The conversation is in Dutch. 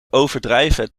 overdrijven